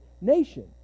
nation